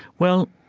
well,